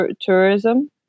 tourism